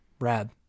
Rad